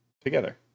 together